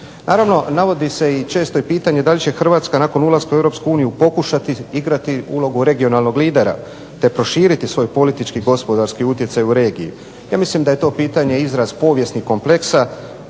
Naravno, navodi se i često je pitanje da li će Hrvatska nakon ulaska u Europsku uniju pokušati igrati ulogu regionalnog lidera, te proširiti svoj politički i gospodarski utjecaj u regiji. Ja mislim da je to pitanje izraz povijesnih kompleksa